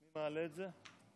אתה מעלה את זה?